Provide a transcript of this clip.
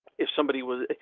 if somebody was,